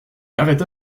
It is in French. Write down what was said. arrêta